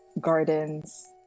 gardens